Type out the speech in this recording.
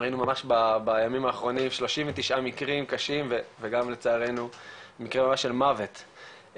ראינו בימים האחרונים 39 מקרים קשים וגם לצערנו מקרה של מוות,